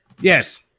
Yes